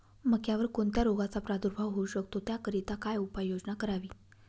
मक्यावर कोणत्या रोगाचा प्रादुर्भाव होऊ शकतो? त्याकरिता काय उपाययोजना करावी?